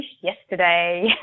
yesterday